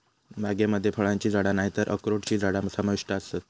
बागेमध्ये फळांची झाडा नायतर अक्रोडची झाडा समाविष्ट आसत